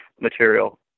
material